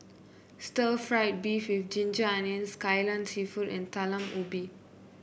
Stir Fried Beef with Ginger Onions Kai Lan seafood and Talam Ubi